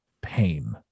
pain